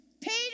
Peter